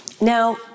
Now